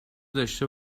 داشته